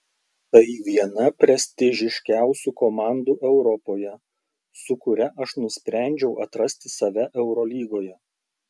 tai viena prestižiškiausių komandų europoje su kuria aš nusprendžiau atrasti save eurolygoje